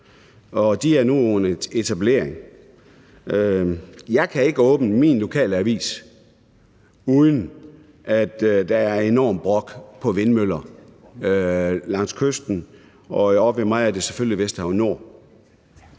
de er nu under etablering. Jeg kan ikke åbne min lokale avis, uden at der er enormt med brok i forhold til vindmøller langs kysten, og oppe ved mig er det selvfølgelig Vesterhav Nord,